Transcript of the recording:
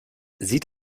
sieht